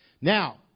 Now